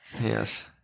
Yes